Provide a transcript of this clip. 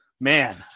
man